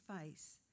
face